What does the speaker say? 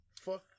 fuck